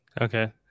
Okay